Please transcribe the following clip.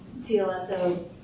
TLSO